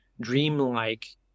dreamlike